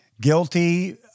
guilty